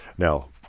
Now